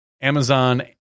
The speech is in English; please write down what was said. Amazon